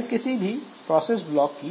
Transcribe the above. यह किसी भी प्रोसेस ब्लॉक की